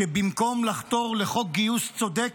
שבמקום לחתור לחוק גיוס צודק,